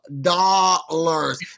dollars